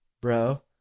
bro